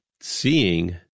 seeing